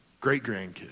great-grandkids